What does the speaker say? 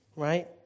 Right